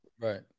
right